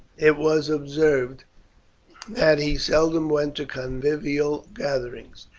it was observed that he seldom went to convivial gatherings,